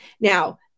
Now